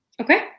Okay